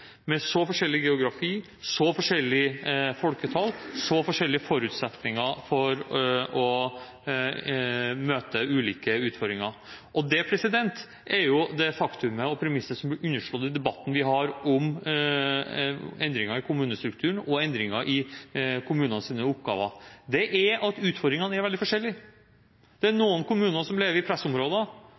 med så forskjellig geografi, så forskjellig folketall, så forskjellige forutsetninger for å møte ulike utfordringer. Det er et faktum og et premiss som ble understreket i den debatten vi har om endringer i kommunestrukturen og endringer i kommunenes oppgaver, at utfordringene er veldig forskjellige. Det er noen kommuner som ligger i